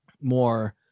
more